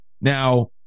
Now